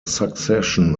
succession